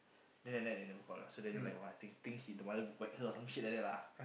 then that night they never call ah then Daniel think think the mother whack her or some shit like that lah